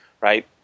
right